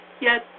Yes